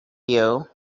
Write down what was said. you